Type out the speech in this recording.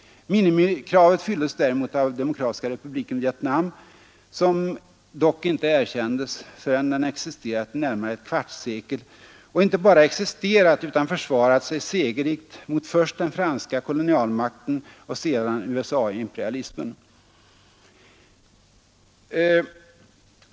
Minimikravet fylldes däremot av Demokratiska republiken Vietnam, som dock inte erkändes förrän den existerat i närmare ett kvartssekel — och inte bara existerat utan försvarat sig segerrikt mot först den franska kolonialmakten och sedan USA imperialismen.